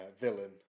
villain